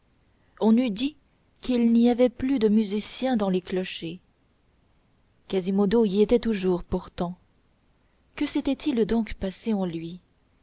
on eût dit qu'il n'y avait plus de musicien dans les clochers quasimodo y était toujours pourtant que s'était-il donc passé en lui